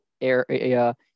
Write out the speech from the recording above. area